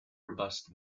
robust